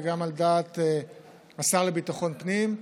וגם על דעת השר לביטחון הפנים,